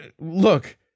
look